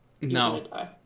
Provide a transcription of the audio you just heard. No